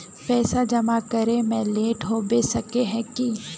पैसा जमा करे में लेट होबे सके है की?